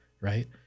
right